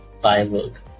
Firework